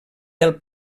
del